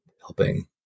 helping